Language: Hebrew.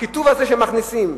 תגיד לי,